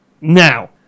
Now